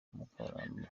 mukabaramba